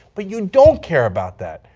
but you don't care about that.